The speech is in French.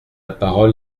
parole